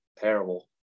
terrible